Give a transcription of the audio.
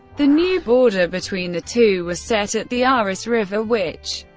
the new border between the two was set at the aras river, which,